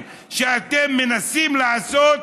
שאתם מנסים לעשות,